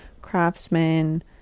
craftsmen